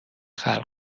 خلق